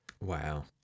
Wow